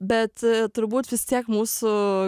bet turbūt vis tiek mūsų